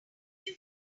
yet